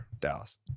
Dallas